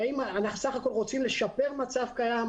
אנחנו בסך הכול רוצים לשפר מצב קיים,